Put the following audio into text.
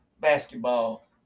basketball